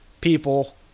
people